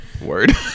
Word